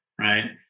right